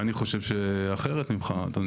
אני חושב אחרת ממך, אדוני.